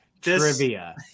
Trivia